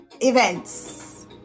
events